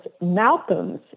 Malcolm's